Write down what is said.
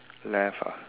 left ah